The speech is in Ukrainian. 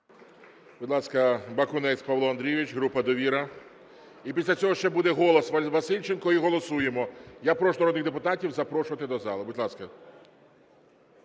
Будь ласка, Бакунець Павло Андрійович, група "Довіра". І після цього ще буде "Голос", Васильченко, і голосуємо. Я прошу народних депутатів запрошувати до зали. Будь ласка.